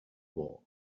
war